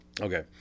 Okay